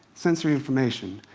sensory information,